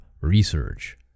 research